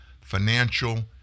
financial